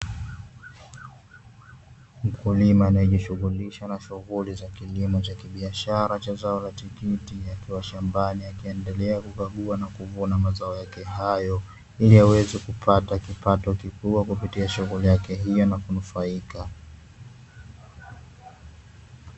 Mkulima anayejishughulisha na shughuli za kilimo cha kibishara cha zao la tikiti, akiwa shambani akiendelea kukagua na kuvuna mazao yake hayo, ili aweze kupata kipato kikubwa kupitia shughuli yake hiyo na kunufaika.